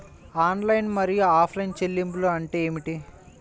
Online మరియు offline చెల్లింపులు అంటే ఏమిటి?